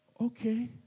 Okay